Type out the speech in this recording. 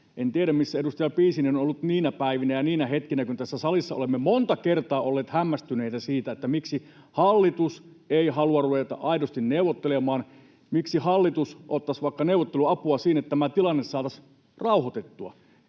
En tiedä, missä edustaja Piisinen on ollut niinä päivinä ja niinä hetkinä, kun tässä salissa olemme monta kertaa olleet hämmästyneitä siitä, miksi hallitus ei halua ruveta aidosti neuvottelemaan, miksi hallitus ei ottaisi vaikka neuvotteluapua siihen, että tämä tilanne saataisiin rauhoitettua.